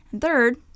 Third